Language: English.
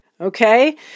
Okay